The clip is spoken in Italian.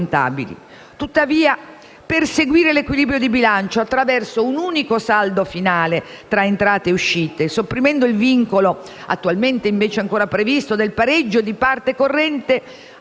Tuttavia, perseguire l'equilibrio di bilancio attraverso un unico saldo finale tra entrate e uscite, sopprimendo il vincolo, attualmente invece ancora previsto, del pareggio di parte corrente,